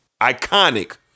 Iconic